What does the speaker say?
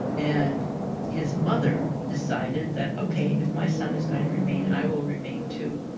and his mother decided that ok, if my son is going to remain, i will remain too.